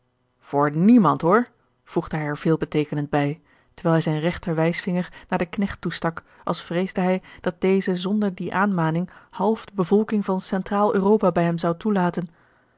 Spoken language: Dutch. voor niemand hoor voegde hij er veelbeteekenend bij terwijl hij zijn regter wijsvinger naar den knecht toestak als vreesde hij dat deze zonder die aanmaning half de bevolking van centraal europa bij hem zou toelaten